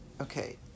Okay